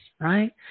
right